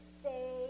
stay